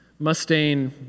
Mustaine